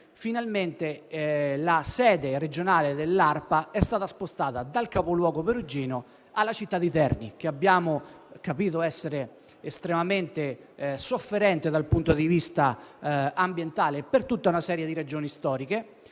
guida Tesei, la sede regionale dell'ARPA è stata spostata dal capoluogo perugino alla città di Terni che abbiamo capito essere estremamente sofferente dal punto di vista ambientale per tutta una serie di ragioni storiche.